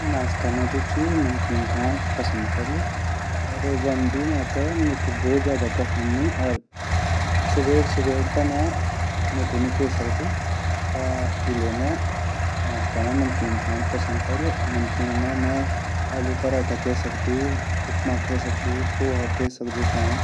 मैं नाश्ता मा जु ची नमकीन खांड पसंद करलु अर वन भी मेते मिट्ठू भोत ज़्यादा पसंद नी अर सुबेर सुबेर ता मैं मिट्ठू नई खे सकदु अर इले मैं नाश्ता मा नमकीन खांड पसंद करलु अर नमकीन मा मैं आलू पराठा खे सकदु छो उपमा खे सकदु पोहा खे सकदु छो।